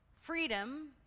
freedom